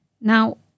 Now